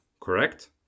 correct